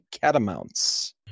Catamounts